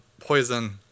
poison